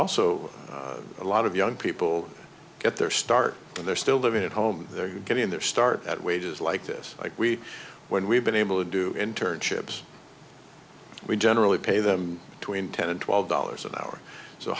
also a lot of young people get their start when they're still living at home they're getting their start at wages like this like we when we've been able to do internships we generally pay them tween ten and twelve dollars an hour so